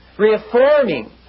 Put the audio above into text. reforming